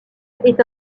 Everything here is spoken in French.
est